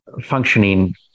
functioning